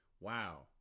wow